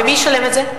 ומי ישלם את זה?